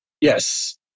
Yes